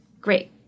great